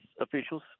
officials